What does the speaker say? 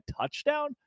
touchdown